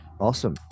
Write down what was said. awesome